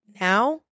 now